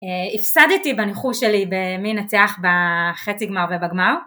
הפסדתי בניחוש שלי במי ינצח בחצי גמר ובגמר